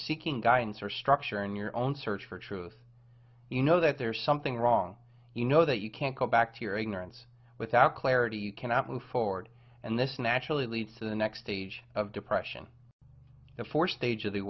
seeking guidance or structure in your own search for truth you know that there's something wrong you know that you can't go back to your ignorance without clarity you cannot move forward and this naturally leads to the next stage of depression before stage of the